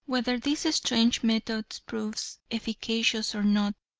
whether this strange method proves efficacious or not,